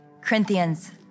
Corinthians